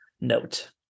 note